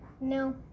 No